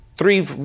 Three